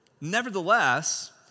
Nevertheless